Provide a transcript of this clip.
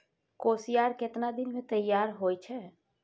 कोसियार केतना दिन मे तैयार हौय छै?